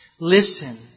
Listen